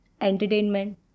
entertainment